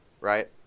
right